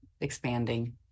expanding